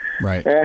Right